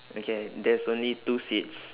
okay there's only two seats